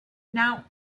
now